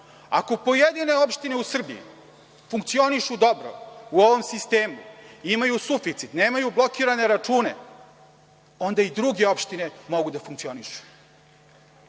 Ako pojedine opštine u Srbiji funkcionišu dobro u ovom sistemu, imaju suficit, nemaju blokirane račune, onda i druge opštine mogu da funkcionišu.